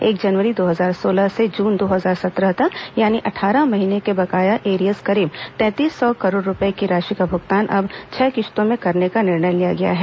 एक जनवरी दो हजार सोलह से जून दो हजार सत्रह तक यानी अट्ठारह महीने के बकाया एरियर्स करीब तैंतीस सौ करोड़ रूपये की राशि का भुगतान अब छह किश्तों में करने का निर्णय लिया गया है